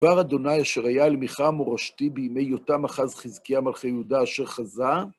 דבר אדוני אשר היה אל מיכה המורשתי בימי יותם אחז חזקיה מלכי יהודה אשר חזה.